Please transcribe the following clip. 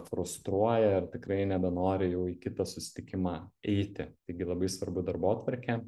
frustruoja ir tikrai nebenori jau į kitą susitikimą eiti taigi labai svarbu darbotvarkė